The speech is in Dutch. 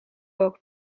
ook